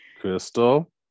Crystal